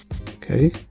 Okay